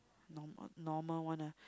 normal normal one ah